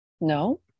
No